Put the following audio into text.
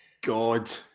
God